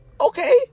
okay